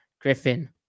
Griffin